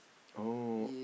oh